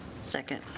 Second